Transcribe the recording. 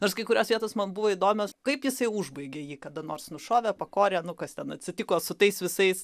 nors kai kurios vietos man buvo įdomios kaip jisai užbaigė jį kada nors nušovė pakorė nu kas ten atsitiko su tais visais